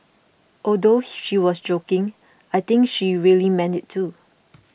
although she was joking I think she really meant it too